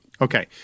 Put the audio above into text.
Okay